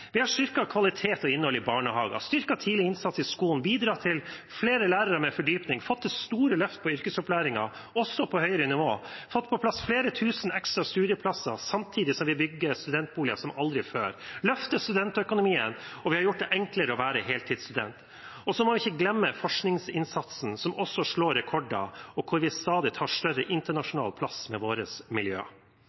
Vi har styrket kvalitet og innhold i barnehager, styrket tidlig innsats i skolen, bidratt til flere lærere med fordypning, fått til store løft på yrkesopplæringen – også på høyere nivå – og fått på plass flere tusen ekstra studieplasser, samtidig som vi bygger studentboliger som aldri før. Vi har løftet studentøkonomien, og vi har gjort det enklere å være heltidsstudent. Så må vi ikke glemme forskningsinnsatsen, som også slår rekorder, og hvor vi tar stadig større plass internasjonalt med